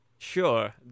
Sure